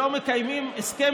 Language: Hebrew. שלא מקיימים הסכם